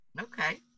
Okay